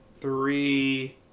Three